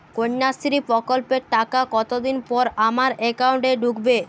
কন্যাশ্রী প্রকল্পের টাকা কতদিন পর আমার অ্যাকাউন্ট এ ঢুকবে?